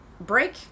break